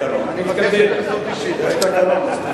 יש תקנון, תפעל לפי התקנון.